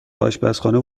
آشپزخانه